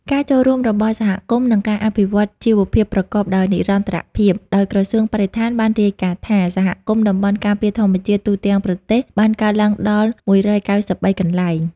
ការចូលរួមរបស់សហគមន៍ និងការអភិវឌ្ឍជីវភាពប្រកបដោយនិរន្តរភាព ដោយក្រសួងបរិស្ថានបានរាយការណ៍ថា សហគមន៍តំបន់ការពារធម្មជាតិទូទាំងប្រទេសបានកើនឡើងដល់ ១៩៣ កន្លែង។